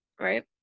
right